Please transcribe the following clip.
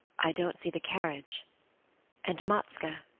i don't see the carriage and matska,